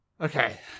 okay